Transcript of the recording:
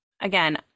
again